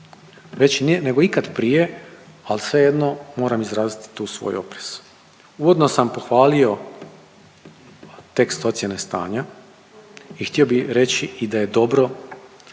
veći nego ikad prije, ali svejedno, moram izraziti tu svoj oprez. Uvodno sam pohvalio tekst ocijene stanja i htio bih reći i da je dobro